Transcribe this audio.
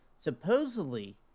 supposedly